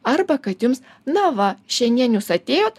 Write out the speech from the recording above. arba kad jums na va šiandien jūs atėjot